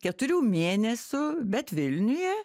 keturių mėnesių bet vilniuje